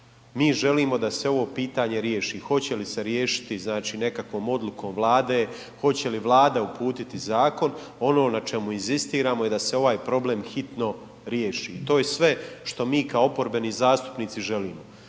Mi želimo da se ovo pitanje riješi, hoće li se riješiti znači nekakvom odlukom Vlade, hoće li Vlada uputiti zakon, ono na čemu inzistiramo je da se ovaj problem hitno riješi. To je sve što mi kao oporbeni zastupnici želimo.